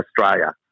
Australia